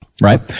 Right